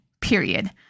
period